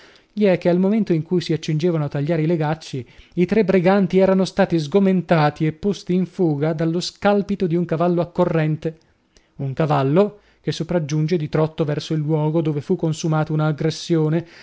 gli è che al momento in cui si accingevano a tagliare i legacci i tre briganti erano stati sgomentati e posti in fuga dallo scalpito di un cavallo accorrente un cavallo che sopraggiunge di trotto verso il luogo dove fu consumata